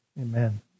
amen